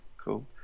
cool